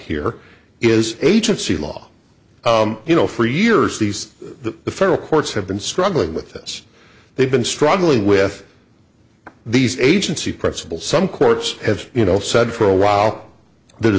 here is agency law you know for years these federal courts have been struggling with this they've been struggling with these agency principal some courts have you know said for a while th